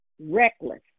reckless